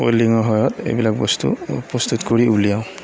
ৱেল্ডিঙৰ সহায়ত এইবিলাক বস্তু প্ৰস্তুত কৰি উলিয়াও